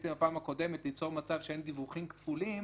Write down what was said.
שעשיתם בפעם הקודמת ליצור מצב שאין דיווחים כפולים